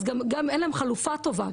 אז גם אין להם חלופה טובה,